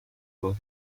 dos